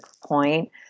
point